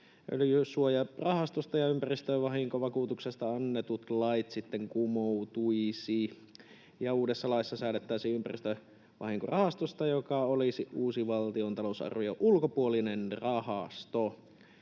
Öljysuojarahastosta ja ympäristövahinkovakuutuksesta annetut lait sitten kumoutuisivat. Uudessa laissa säädettäisiin ympäristövahinkorahastosta, joka olisi uusi valtion talousarvion ulkopuolinen rahasto.